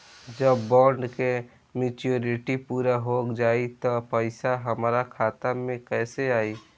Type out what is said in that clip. जब बॉन्ड के मेचूरिटि पूरा हो जायी त पईसा हमरा खाता मे कैसे आई?